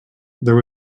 there